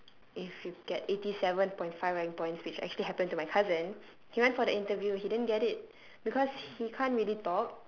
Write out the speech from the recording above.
like if you get eighty seven point five rank points which actually happened to my cousin he went for the interview he didn't get it because he can't really